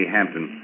Hampton